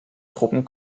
truppen